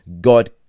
God